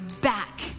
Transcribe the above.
back